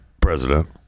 president